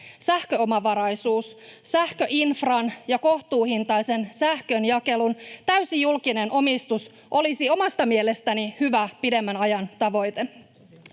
sähköomavaraisuus sekä sähköinfran ja kohtuuhintaisen sähkön jakelun täysi julkinen omistus olisi omasta mielestäni hyvä pidemmän ajan tavoite.